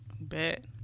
Bet